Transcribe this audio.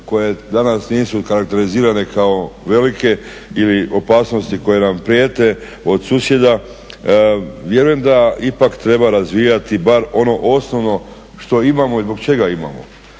koje danas nisu karakterizirane kao velike ili opasnosti koje nam prijete od susjeda. Vjerujem da ipak treba razvijati bar ono osnovno što imamo i zbog čega imamo.